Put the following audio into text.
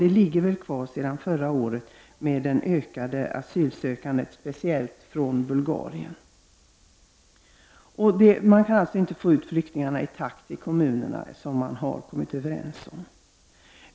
Det ligger väl kvar sedan förra året med det ökade asylsökandet speciellt från Bulgarien. Man kan alltså inte få ut flyktingarna i kommunerna i den takt som man har kommit överens om.